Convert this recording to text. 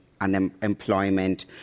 unemployment